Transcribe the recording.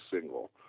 single